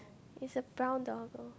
it's a brown doggo